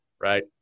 right